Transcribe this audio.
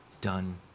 done